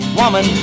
woman